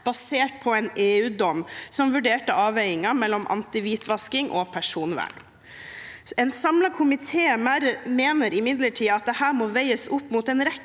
basert på en EU-dom som vurderte avveiningen mellom anti-hvitvasking og personvern. En samlet komité mener imidlertid at dette må veies opp mot en rekke